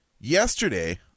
Yesterday